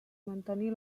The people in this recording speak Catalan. mantenir